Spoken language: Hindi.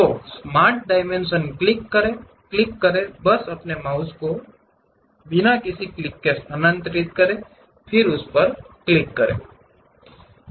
तो स्मार्ट डायमेंशन क्लिक करें पर क्लिक करें बस अपने माउस को बिना किसी क्लिक के स्थानांतरित करें फिर उस पर क्लिक करें